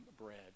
bread